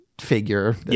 figure